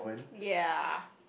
ya